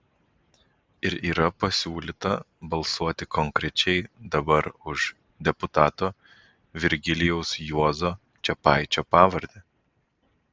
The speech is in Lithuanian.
ir yra pasiūlyta balsuoti konkrečiai dabar už deputato virgilijaus juozo čepaičio pavardę